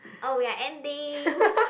oh we are ending